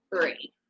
three